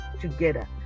together